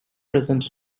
present